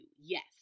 Yes